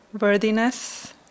worthiness